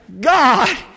God